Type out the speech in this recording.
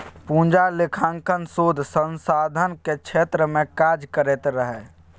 पूजा लेखांकन शोध संधानक क्षेत्र मे काज करैत रहय